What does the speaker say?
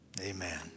Amen